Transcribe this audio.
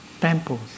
temples